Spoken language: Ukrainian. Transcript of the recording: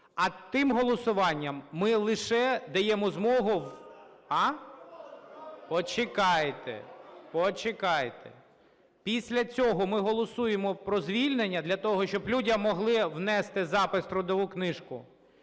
А тим голосуванням ми лише даємо змогу… А? Почекайте, почекайте. Після цього ми голосуємо про звільнення для того, щоб людям могли внести запис в трудову книжку.